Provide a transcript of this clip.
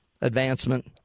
advancement –